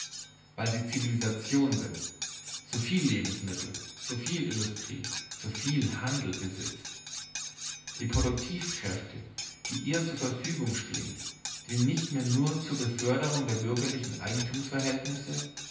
weil sie zuviel zivilisation zuviel lebensmittel zuviel industrie zuviel handel besitzt die produktivkräfte die ihr zur verfügung stehen dienen nicht mehr zur beförderung der bürgerlichen eigentumsverhältnisse